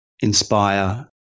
inspire